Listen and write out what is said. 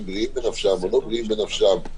בריאים בנפשם או לא בריאים בנפשם.